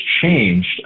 changed